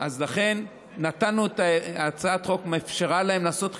אז לכן הצעת החוק אפשרה להם לעשות חיפוש.